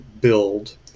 build